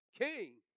King